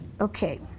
Okay